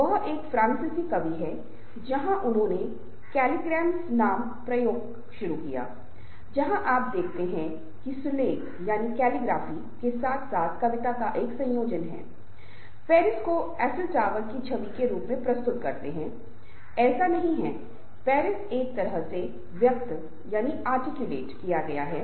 समूह की गतिशीलता नस्लवाद लिंगवाद और सामाजिक पूर्वाग्रहों के अन्य रूपों को समझने के मूल में भी हैं और क्षेत्र के इन अनुप्रयोगों का मनोविज्ञान समाजशास्त्र नृविज्ञान और विज्ञान शिक्षा सामाजिक कार्य व्यवसाय वगैरह और संचार अध्ययन में अध्ययन किया जाता है